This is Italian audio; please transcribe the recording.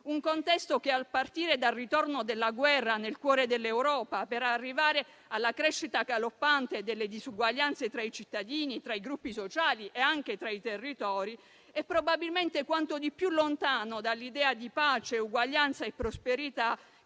un contesto che, a partire dal ritorno della guerra nel cuore dell'Europa, per arrivare alla crescita galoppante delle disuguaglianze tra i cittadini, tra i gruppi sociali e anche tra i territori, è probabilmente quanto di più lontano dall'idea di pace, uguaglianza e prosperità